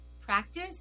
practice